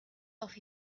off